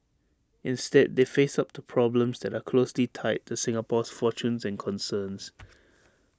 instead they face up to problems that are closely tied to Singapore's fortunes and concerns